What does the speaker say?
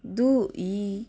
ଦୁଇ